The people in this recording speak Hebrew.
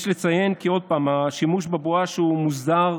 יש לציין, עוד פעם, כי השימוש בבואש מוסדר,